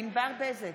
ענבר בזק,